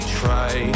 try